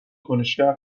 کنشگر